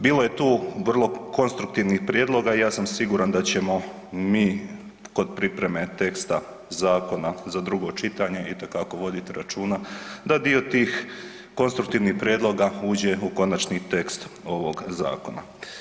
Bilo je tu vrlo konstruktivnih prijedloga, ja sam siguran da ćemo mi kod pripreme teksta zakona za drugo čitanje itekako voditi računa, da dio tih konstruktivnih prijedloga uđe u konačni tekst ovog zakona.